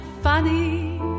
funny